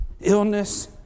illness